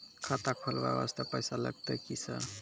खाता खोलबाय वास्ते पैसो लगते की सर?